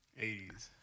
80s